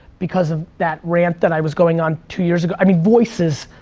because of that rant that i was going on two years ago. i mean voices,